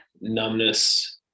numbness